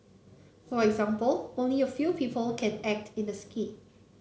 for example only a few people can act in the skit